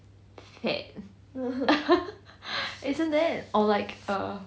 hat isn't that or like err